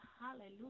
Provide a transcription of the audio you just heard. hallelujah